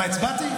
מה הצבעתי?